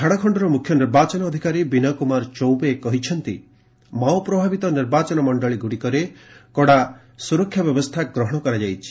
ଝାଡ଼ଖଣ୍ଡର ମୁଖ୍ୟ ନିର୍ବାଚନ ଅଧିକାରୀ ବିନୟ କୁମାର ଚୌବେ କହିଛନ୍ତି ମାଓପ୍ରଭାବିତ ନିର୍ବାଚନ ମଣ୍ଡଳୀଗୁଡ଼ିକରେ କଡ଼ା ସୁରକ୍ଷା ବ୍ୟବସ୍ଥା ଗ୍ରହଣ କରାଯାଇଛି